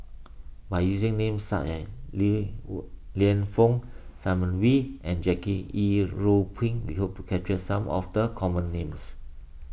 by using names as Li Lienfung Simon Wee and Jackie Yi Ru Pin we hope to capture some of the common names